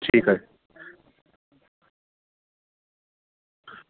ঠিক আছে